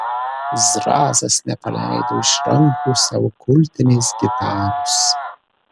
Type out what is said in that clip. zrazas nepaleido iš rankų savo kultinės gitaros